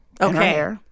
Okay